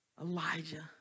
Elijah